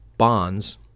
bonds